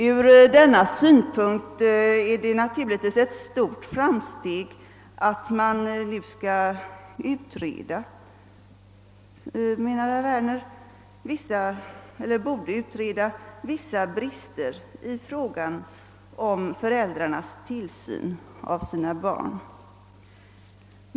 Ur denna synpunkt är det naturligtvis ett stort framsteg att herr Werner nu menar att en utredning borde göras rörande vad som brister i fråga om föräldrarnas tillsyn av sina barn.